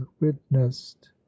witnessed